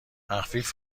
تخفیف